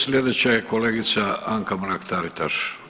Sljedeća je kolegica Anka Mrak Taritaš.